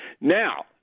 Now